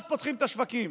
אז פותחים את השווקים.